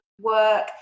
work